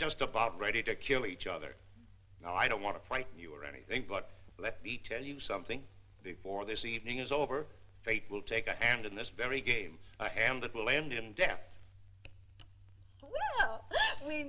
just about ready to kill each other no i don't want to fight you or anything but let me tell you something before this evening is over fate will take a hand in this very game a hand that will end in death we